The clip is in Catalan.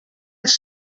els